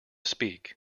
speak